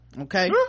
okay